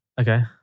Okay